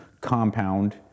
compound